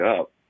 up